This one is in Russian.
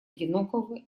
одинокого